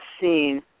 seen